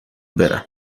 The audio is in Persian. برم